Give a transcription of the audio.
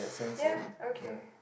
ya okay